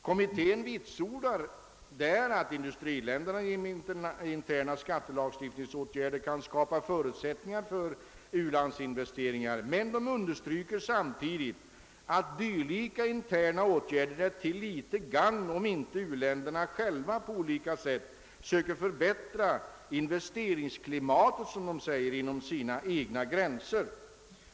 Kommittén vitsordar att industriländerna genom interna skattelagstiftningsåtgärder kan skapa förutsättningar för u-landsinvesteringar, men den understryker samtidigt att dylika interna åtgärder är till föga gagn, om inte u-länderna själva på olika sätt för söker förbättra investeringsklimatet inom sina egna gränser.